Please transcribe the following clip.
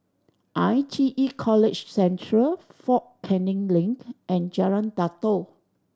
I T E College Central Fort Canning Link and Jalan Datoh